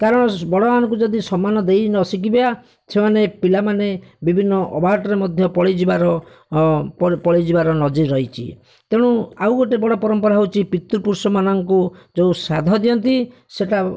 କାରଣ ବଡ଼ମାନଙ୍କୁ ଯଦି ସମ୍ମାନ ଦେଇ ନ ଶିଖିବା ସେମାନେ ପିଲାମାନେ ବିଭିନ୍ନ ଅବାଟରେ ମଧ୍ୟ ପଳାଇ ଯିବାର ପପଳାଇ ଯିବାର ନଜିର ରହିଛିତେଣୁ ଆଉ ଗୋଟିଏ ବଡ଼ ପରମ୍ପରା ହେଉଛି ପିତୃପୁରୁଷମାନଙ୍କୁ ଯେଉଁ ଶ୍ରାଦ୍ଧ ଦିଅନ୍ତି ସେହିଟା